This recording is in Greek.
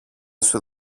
σου